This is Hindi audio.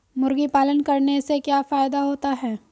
मुर्गी पालन करने से क्या फायदा होता है?